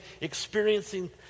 experiencing